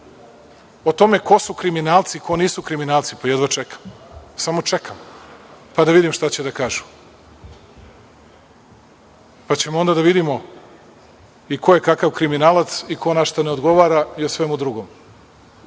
o tome ko su kriminalci, ko nisu kriminalci, pa jedva čekam, samo čekam, pa da vidim šta će da kažu, pa ćemo onda da vidimo i ko je kakav kriminalac i ko na šta ne odgovara i o svemu drugom. Veoma